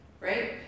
right